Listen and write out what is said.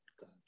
God